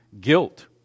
Guilt